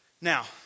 Now